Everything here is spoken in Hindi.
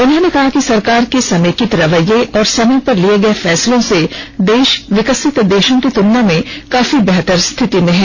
उन्होंने कहा कि सरकार के समेकित रवैये और समय पर लिये गये फैसलों से देश विकसित देशों की तुलना में काफी बेहतर स्थिति में है